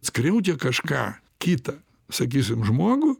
skriaudžia kažką kitą sakysim žmogų